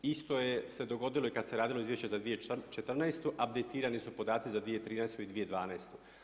Isto se dogodilo i kada se radilo izvješće za 2014. abditirani su podaci za 2013. i 2012.